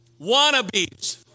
wannabes